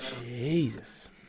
Jesus